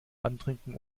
antrinken